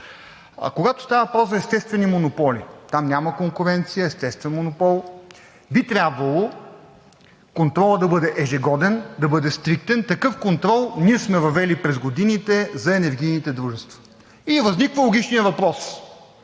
Когато става въпрос за естествени монополи, там няма конкуренция, естествен монопол, би трябвало контролът да бъде ежегоден, да бъде стриктен. Такъв контрол ние сме въвели през годините за енергийните дружества. Възниква логичният въпрос